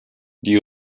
die